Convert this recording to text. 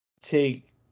take